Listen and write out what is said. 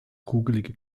kugelige